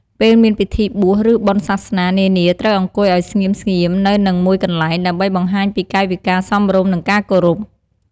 ពេលមានពិធីបួស ឬបុណ្យសាសនា នានាត្រូវអង្គុយឲ្យស្ងៀមៗនៅនឹងមួយកន្លែង ដើម្បីបង្ហាញពីកាយវិការសមរម្យ និងការគោរព។